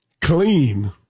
clean